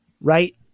Right